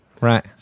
Right